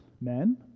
Men